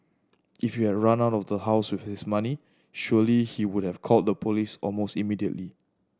if you had run out of house with his money surely he would have called the police almost immediately